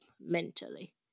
mentally